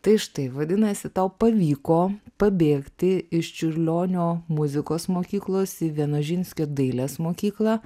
tai štai vadinasi tau pavyko pabėgti iš čiurlionio muzikos mokyklos į vienožinskio dailės mokyklą